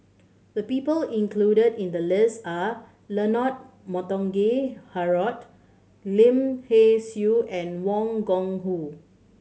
the people included in the list are Leonard Montague Harrod Lim Hay Siu and Wang Gungwu